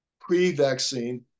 pre-vaccine